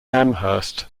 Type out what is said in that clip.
amherst